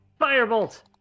Firebolt